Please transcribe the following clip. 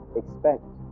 expect